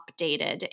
updated